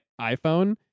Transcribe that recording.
iPhone